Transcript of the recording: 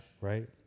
Right